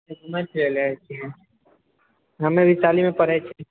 घूमय फिरयलऽ जाइ छिए हमे वैशालीमे पढ़ैत छी